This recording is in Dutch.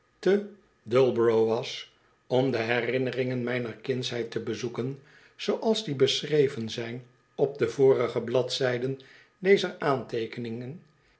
b orough was om de herinneringen mijner kindsheid te bezoeken zooals die beschreven zijn op de vorige bladzijden dezer aanteekeningen